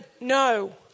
no